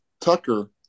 Tucker